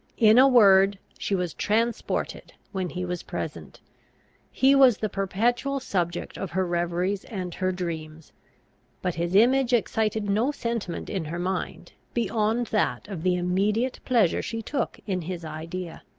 in a word, she was transported when he was present he was the perpetual subject of her reveries and her dreams but his image excited no sentiment in her mind beyond that of the immediate pleasure she took in his idea.